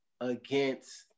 against-